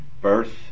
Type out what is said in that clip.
birth